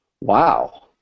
Wow